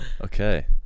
Okay